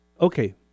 Okay